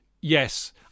Yes